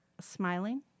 Smiling